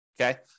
Okay